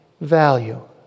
value